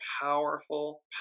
Powerful